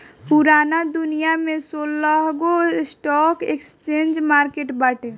पूरा दुनिया में सोलहगो स्टॉक एक्सचेंज मार्किट बाटे